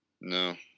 No